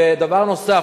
דבר נוסף,